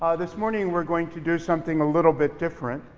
ah this morning we're going to do something a little bit different,